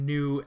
New